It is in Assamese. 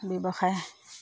ব্যৱসায়